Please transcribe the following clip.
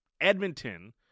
Edmonton